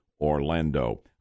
Orlando